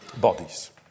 bodies